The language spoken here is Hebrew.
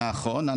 נכון,